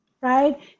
right